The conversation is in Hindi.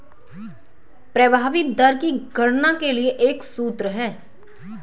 प्रभावी दर की गणना के लिए एक सूत्र है